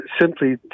simply